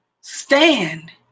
stand